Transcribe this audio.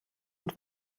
und